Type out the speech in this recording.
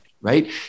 right